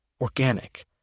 Organic